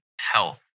health